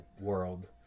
world